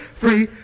free